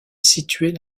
située